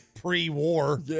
pre-war